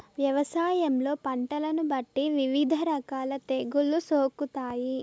వ్యవసాయంలో పంటలను బట్టి వివిధ రకాల తెగుళ్ళు సోకుతాయి